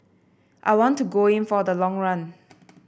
I want to go in for the long run